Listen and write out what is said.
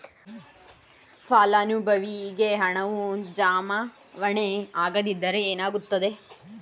ಫಲಾನುಭವಿಗೆ ಹಣವು ಜಮಾವಣೆ ಆಗದಿದ್ದರೆ ಏನಾಗುತ್ತದೆ?